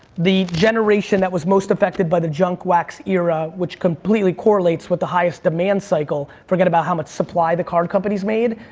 the generation that was most affected by the junk wax era, which completely correlates with the highest demand cycle, forget about how much supply the card companies made,